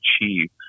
achieve